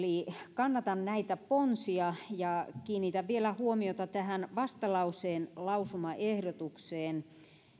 kannatan näitä ponsia ja kiinnitän vielä huomiota tähän vastalauseen lausumaehdotukseen